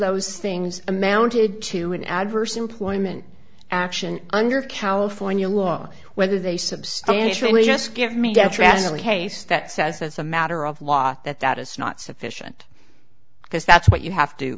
those things amounted to an adverse employment action under california law whether they substantially just give me a detrimental case that says as a matter of law that that is not sufficient because that's what you have to